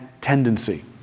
tendency